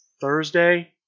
Thursday